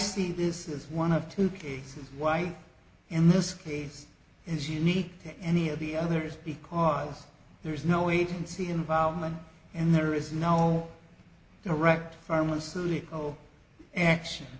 see this is one of two cases why in this case is unique to any of the others because there is no agency involvement and there is no direct pharmaceutical an action